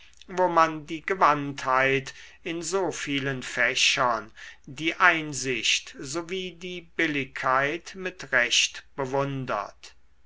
wo man die gewandtheit in so vielen fächern die einsicht sowie die billigkeit mit recht bewundert